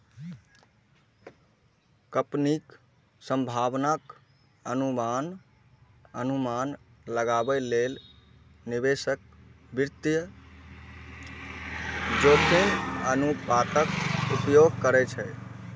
कंपनीक संभावनाक अनुमान लगाबै लेल निवेशक वित्तीय जोखिम अनुपातक उपयोग करै छै